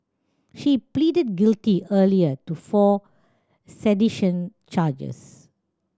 she pleaded guilty earlier to four sedition charges